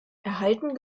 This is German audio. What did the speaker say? erhalten